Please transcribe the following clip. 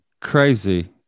Crazy